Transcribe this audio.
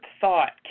thought